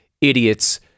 Idiots